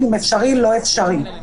אם זה אפשרי או לא.